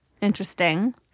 Interesting